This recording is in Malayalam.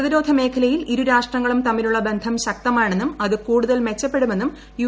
പ്രതിരോധ മേഖലയിൽ ഇരുരാഷ്ട്രങ്ങളും തമ്മിലുള്ള ബന്ധം ശക്തമാണെന്നും അത് കൂടുതൽ മെച്ചപ്പെടുമെന്നും യു